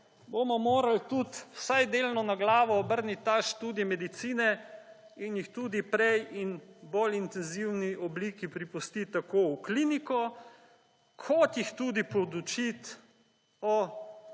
bomo morali tudi vsaj delno na glavo obrniti ta študij medicine in jih tudi prej in bolj intenzivni obliki pripustiti tako v kliniko kot jih tudi podučiti o